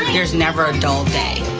there's never. ah